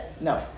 no